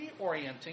reorienting